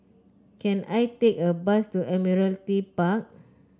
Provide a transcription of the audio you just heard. can I take a bus to Admiralty Park